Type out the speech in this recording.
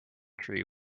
tree